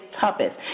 toughest